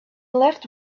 left